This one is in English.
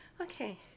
Okay